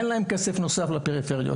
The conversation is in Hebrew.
אין להם כסף נוסף לפריפריות.